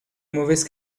mauvaise